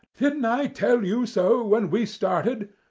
didn't i tell you so when we started?